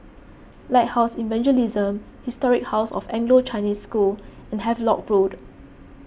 Lighthouse Evangelism Historic House of Anglo Chinese School and Havelock Road